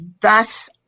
thus